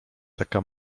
taka